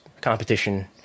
competition